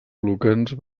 lucans